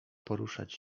poruszać